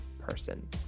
person